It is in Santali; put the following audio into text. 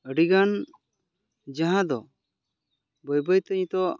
ᱟᱹᱰᱤ ᱜᱟᱱ ᱡᱟᱦᱟᱸ ᱫᱚ ᱵᱟᱹᱭ ᱵᱟᱹᱭ ᱛᱮ ᱱᱤᱛᱚᱜ